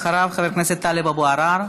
אחריו, חבר הכנסת טלב אבו עראר.